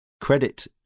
credit